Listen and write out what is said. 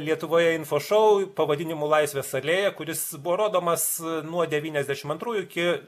lietuvoje info šou pavadinimu laisvės alėja kuris buvo rodomas nuo devyniasdešimt antrųjų iki